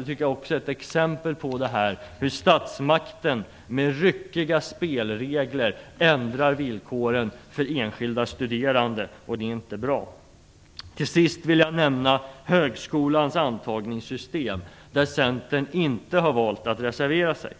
Det är också ett exempel på hur statsmakten med ryckiga spelregler ändrar villkoren för enskilda studerande, och det är inte bra. Till sist vill jag nämna högskolans antagningssystem. Där har Centern valt att inte reservera sig.